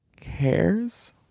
cares